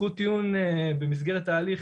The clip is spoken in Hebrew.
זכות טיעון במסגרת ההליך,